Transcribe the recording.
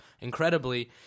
Incredibly